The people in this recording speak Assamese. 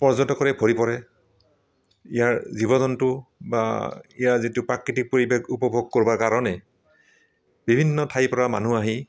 পৰ্যটকৰে ভৰি পৰে ইয়াৰ জীৱ জন্তু বা ইয়াৰ যিটো প্ৰাকৃতিক পৰিৱেশ উপভোগ কৰিব কাৰণে বিভিন্ন ঠাইৰ পৰা মানুহ আহি